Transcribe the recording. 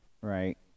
Right